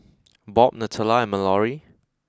Bob Natalya and Mallory